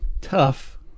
tough